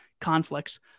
conflicts